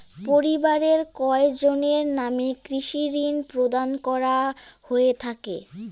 পরিবারের কয়জনের নামে কৃষি ঋণ প্রদান করা হয়ে থাকে?